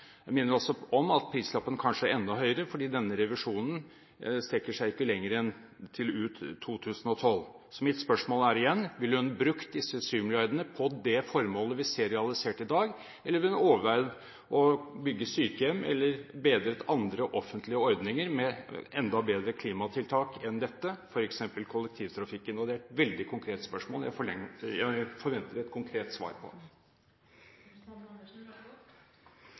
Jeg minner også om at prislappen kanskje er enda høyere, fordi denne revisjonen ikke strekker seg lenger enn til ut 2012. Så mitt spørsmål er igjen: Ville hun brukt disse 7 mrd. kr på det formålet vi ser realisert i dag, eller ville hun overveid å bygge sykehjem eller bedret andre offentlige ordninger med enda bedre klimatiltak enn dette, f.eks. kollektivtrafikken? Det er et veldig konkret spørsmål som jeg forventer et konkret svar på.